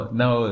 now